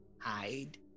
Hide